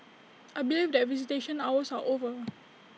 I believe that visitation hours are over